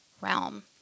realm